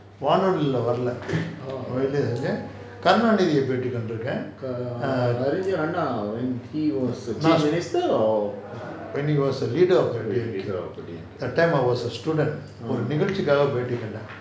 வானொலில வரல அவரால karunaanidhi eh பேட்டி கண்டு இருக்கேன்:paeti kandu irukaen when he was leader of தி மு க:thi mu kaa that time I was a student ஒரு நிகழ்ச்சிக்காக பேட்டி கண்டேன்:oru nigazhchikkaaga paeti kandaen